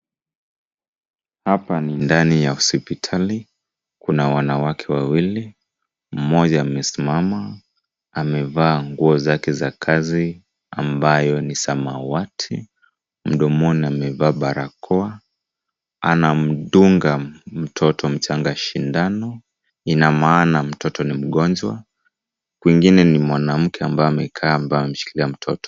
Hapa ni ndani ya hospitali kuna wanawake wawili, mmoja amesimama, amevaa nguo zake za kazi ambayo ni samawati, mdomoni amevaa barakoa anamdunga mtoto mchanga sindano, ina maana mtoto ni mgonjwa. Mwingine ni mwanamke ambaye amekaa ambaye ameshikilia mtoto.